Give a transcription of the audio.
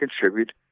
contribute